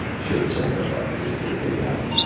shared sacrifices that they haven't.